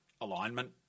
alignment